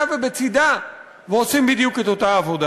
ובצדה ועושים בדיוק את אותה עבודה.